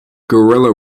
guerrilla